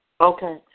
Okay